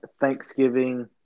Thanksgiving